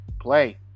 play